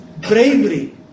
bravery